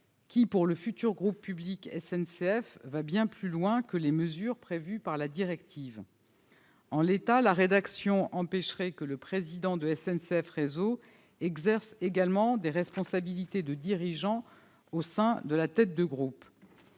qui, pour le futur groupe public SNCF, va bien plus loin que les mesures prévues par la directive. En l'état, la rédaction de l'article empêcherait que le président de SNCF Réseau exerce également des responsabilités de dirigeant à la tête du groupe.